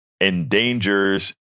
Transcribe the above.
endangers